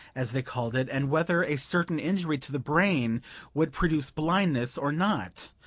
as they called it, and whether a certain injury to the brain would produce blindness or not,